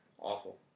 Awful